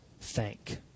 thank